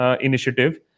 initiative